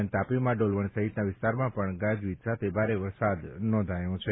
દરમ્યાન તાપીમાં ડોલવણ સહિતના વિસ્તારમાં પણ ગાજવીજ સાથે ભારે વરસાદ નોંધાયો છે